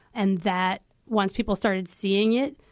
and that once people started seeing it,